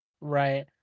Right